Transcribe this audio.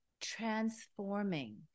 transforming